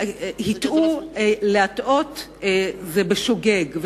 להטעות זה בשוגג,